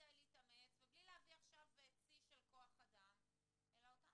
מדי להתאמץ ובלי להביא עכשיו צי של כוח אדם אלא אותה